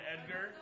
Edgar